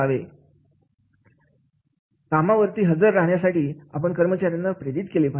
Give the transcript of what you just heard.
कामावरती हजर राहण्यासाठी आपण कर्मचाऱ्यांना प्रेरित केले पाहिजे